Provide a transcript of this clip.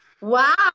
Wow